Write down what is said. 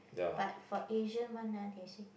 but for Asian one ah they say